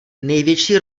největší